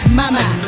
mama